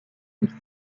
unique